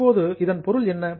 இப்போது இதன் பொருள் என்ன